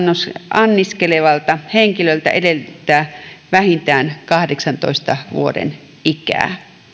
anniskelevalta henkilöltä edellyttää vähintään kahdeksantoista vuoden ikää